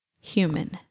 Human